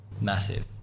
Massive